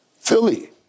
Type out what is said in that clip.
Philly